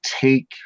take